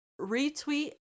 retweet